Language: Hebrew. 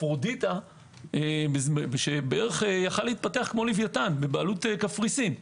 אפרודיטה שבערך יכול היה להתפתח כמו לוויתן בעלות קפריסין,